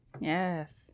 Yes